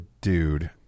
dude